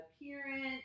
appearance